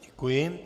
Děkuji.